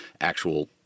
actual